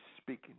speaking